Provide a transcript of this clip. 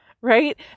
Right